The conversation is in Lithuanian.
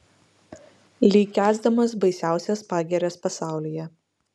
lyg kęsdamas baisiausias pagirias pasaulyje